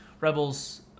Rebels